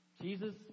Jesus